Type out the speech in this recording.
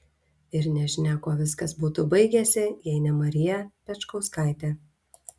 ir nežinia kuo viskas būtų baigęsi jei ne marija pečkauskaitė